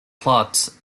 plots